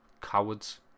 Cowards